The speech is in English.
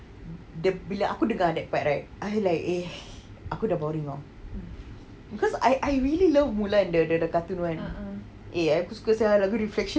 the bila aku dengar that part right I like eh aku dah boring lor because I I really love mulan the the cartoon [one] eh aku suka sangat lagu reflection